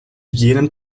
jenem